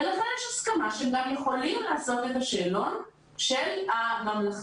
ולכן יש הסכמה שהם גם יכולים לעשות את השאלון של הממלכתי